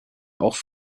auch